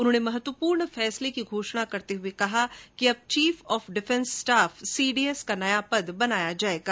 उन्होंने महत्वपूर्ण फैसले की घोषणा करते हुए कहा कि अब chief of defence staff CDS का नया पद बनाया जायेगा